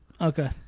Okay